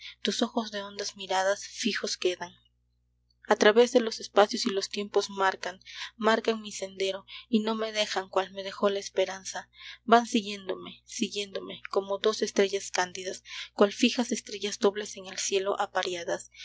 tus ojos de hondas miradas fijos quedan a través de los espacios y los tiempos marcan marcan mi sendero y no me dejan cual me dejó la esperanza van siguiéndome siguiéndome como dos estrellas cándidas cual fijas estrellas dobles en el cielo apareadas